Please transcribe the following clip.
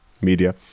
media